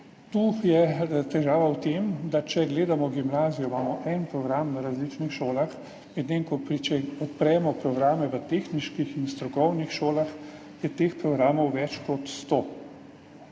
Tu je težava v tem, da če gledamo gimnazijo, imamo en program na različnih šolah, če pa odpremo programe v tehniških in strokovnih šolah, je teh programov več kot sto.